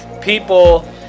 people